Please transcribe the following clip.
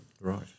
Right